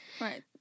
Right